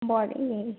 body